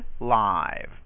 live